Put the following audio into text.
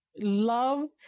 love